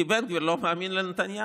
כי בן גביר לא מאמין לנתניהו.